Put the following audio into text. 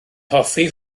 hoffi